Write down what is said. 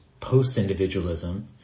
post-individualism